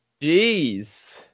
Jeez